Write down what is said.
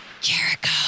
Jericho